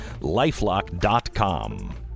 LifeLock.com